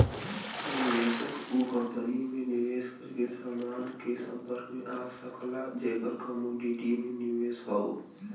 निवेशक उ कंपनी में निवेश करके समान के संपर्क में आ सकला जेकर कमोडिटी में निवेश हौ